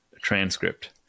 transcript